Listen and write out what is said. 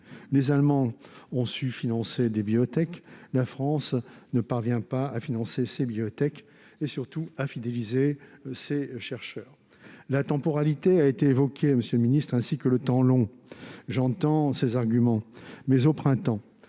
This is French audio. les Allemands ont su financer des biotechs, mais la France ne parvient pas à financer les siennes et, surtout, à fidéliser ses chercheurs. La temporalité a été évoquée, monsieur le ministre, ainsi que le temps long. J'entends ces arguments, mais, au printemps